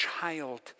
child